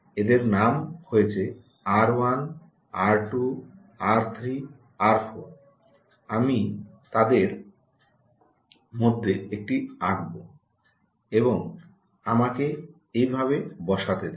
এদের নাম হয়েছে আর 1 আর 2 আর 3 আর 4 আমি তাদের মধ্যে একটি আঁকব এবং আমাকে এইভাবে বসাতে দিন